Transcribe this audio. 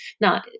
Now